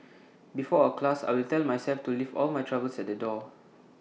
before A class I will tell myself to leave all my troubles at the door